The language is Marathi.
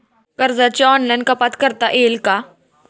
कर्जाची ऑनलाईन कपात करता येईल का?